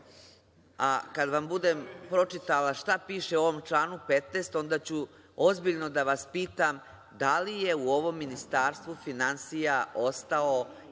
15.Kada vam bude pročitala šta piše u ovom članu 15. onda ću ozbiljno da vas pitam da li je u ovom Ministarstvu finansija ostao